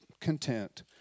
content